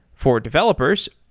for developers,